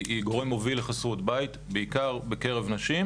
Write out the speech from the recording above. גורם מוביל לחסרות בית בעיקר בקרב נשים,